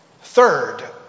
Third